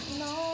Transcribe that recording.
no